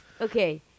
okay